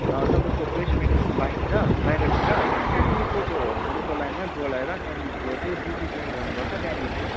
तपाईँको प्लेसमेन्टहरू पाइन्छ बाहिरतिर त्यहाँदेखिको त्यो होटलको लाइनै बोलाएर त्यहाँदेखिको ड्युटी जोइन गर्नुपर्छ त्यहाँदेखिको